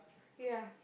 ya